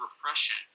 repression